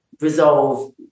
resolve